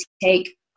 take